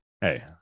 Hey